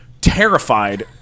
terrified